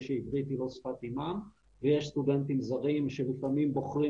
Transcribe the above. שעברית היא לא שפת אימם ויש סטודנטים זרים שלפעמים בוחרים